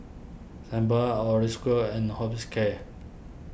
Sebamed Osteocare and Hospicare